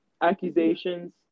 accusations